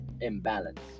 imbalance